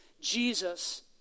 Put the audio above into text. Jesus